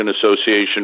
association